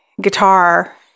guitar